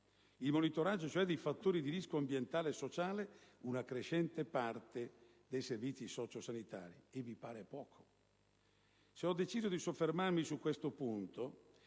il monitoraggio dei fattori di rischio ambientale e sociale ed una crescente parte dei servizi socio-sanitari. Vi pare poco? Se ho deciso di soffermarmi su questo punto